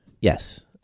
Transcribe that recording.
Yes